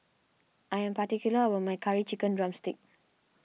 I am particular about my Curry Chicken Drumstick